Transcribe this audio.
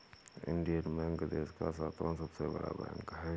Indian Bank देश का सातवां सबसे बड़ा बैंक है